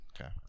Okay